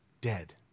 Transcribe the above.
dead